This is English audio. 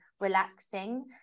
relaxing